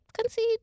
Concede